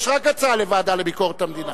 יש רק הצעה לוועדה לביקורת המדינה,